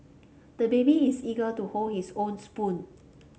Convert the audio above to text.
the baby is eager to hold his own spoon